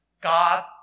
God